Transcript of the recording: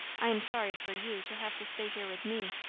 i am sorry for you to have to stay here with me.